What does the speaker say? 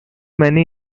many